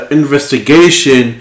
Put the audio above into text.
investigation